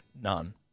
None